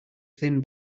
thin